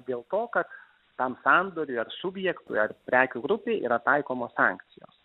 dėl to kad tam sandoriui ar subjektui ar prekių grupei yra taikomos sankcijos